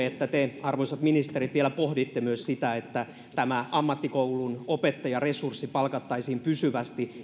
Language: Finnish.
että te arvoisat ministerit vielä pohditte myös sitä että tämä ammattikoulun opettajaresurssi palkattaisiin pysyvästi